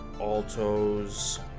alto's